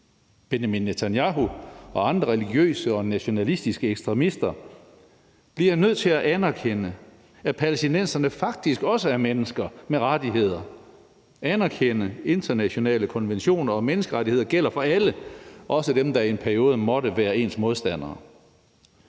Benjamin Netanyahu og andre religiøse og nationalistiske ekstremister bliver nødt til at anerkende, at palæstinenserne faktisk også er mennesker med rettigheder, og anerkende, at internationale konventioner og menneskerettigheder gælder for alle, også dem, der i en periode måtte være ens modstandere.